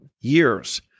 years